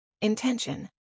Intention